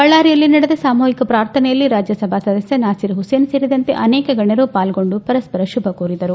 ಬಳ್ಳಾರಿಯಲ್ಲಿ ನಡೆದ ಸಾಮೂಹಿಕ ಪ್ರಾರ್ಥನೆಯಲ್ಲಿ ರಾಜ್ಲಸಭಾ ಸದಸ್ಯ ನಾಸೀರ್ ಹುಸೇನ್ ಸೇರಿದಂತೆ ಅನೇಕ ಗಣ್ಣರು ಪಾಲ್ಗೊಂಡು ಪರಸ್ವರ ಶುಭ ಕೋರಿದರು